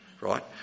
right